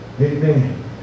amen